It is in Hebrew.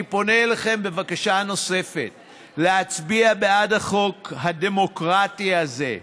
אני פונה אליכם בבקשה נוספת להצביע בעד החוק הדמוקרטי הזה.